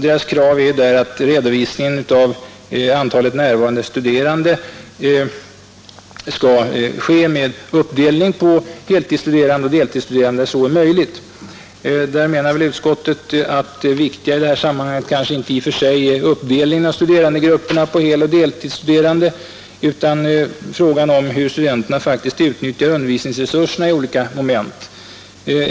Deras krav är att redovisningen av antalet närvarande studerande, då så är möjligt, skall ske med uppdelning på heltidsstuderande och deltidsstuderande. Utskottet menar att det viktiga i det här sammanhanget inte i och för sig är uppdelningen av studerandegruppen på heltidsoch deltidsläsande utan hur studenterna faktiskt utnyttjat undervisningsresurserna i olika moment.